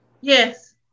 Yes